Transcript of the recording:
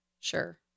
Sure